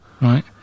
Right